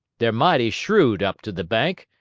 they're mighty shreud up to the bank,